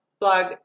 blog